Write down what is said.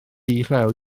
llew